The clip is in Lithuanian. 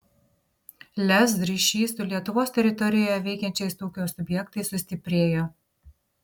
lez ryšys su lietuvos teritorijoje veikiančiais ūkio subjektais sustiprėjo